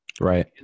Right